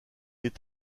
est